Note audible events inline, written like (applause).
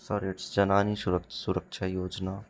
(unintelligible) जनानी सुरक्षा योजना